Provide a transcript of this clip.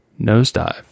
nosedive